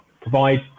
provide